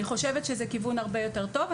אני חושבת שזה כיוון הרבה יותר טוב.